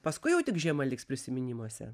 paskui jau tik žiema liks prisiminimuose